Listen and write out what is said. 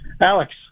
Alex